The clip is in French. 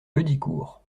heudicourt